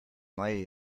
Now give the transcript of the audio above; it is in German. neue